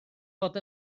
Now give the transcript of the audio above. fod